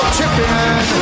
Champion